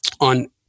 on